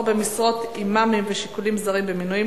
במשרות אימאמים ושיקולים זרים במינוים,